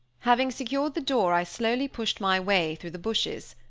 having secured the door i slowly pushed my way through the bushes,